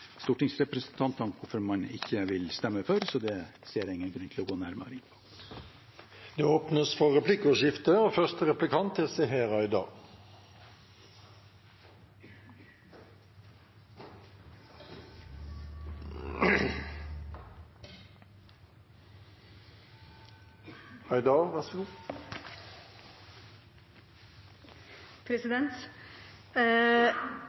hvorfor man ikke vil stemme for dem, så det ser jeg ingen grunn til å gå nærmere inn på. Det blir replikkordskifte.